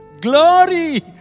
Glory